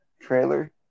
trailer